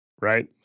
right